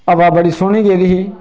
हवा बड़ी सोह्नी जेही ही